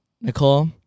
nicole